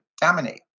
dominate